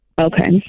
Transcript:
Okay